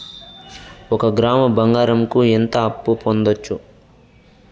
ఒక గ్రాము బంగారంకు ఎంత అప్పు పొందొచ్చు